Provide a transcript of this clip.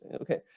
okay